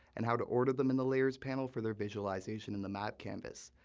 and how to order them in the layers panel for their visualization in the map canvas.